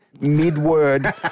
mid-word